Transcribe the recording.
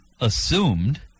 assumed